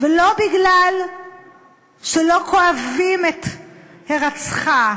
ולא מפני שלא כואבים את הירצחה,